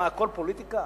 הכול פוליטיקה?